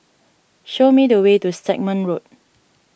show me the way to Stagmont Road